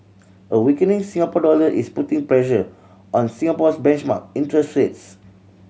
a weakening Singapore dollar is putting pressure on Singapore's benchmark interest rates